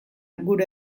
gure